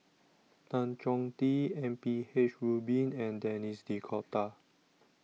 Tan Chong Tee M P H Rubin and Denis D'Cotta